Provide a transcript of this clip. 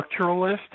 structuralist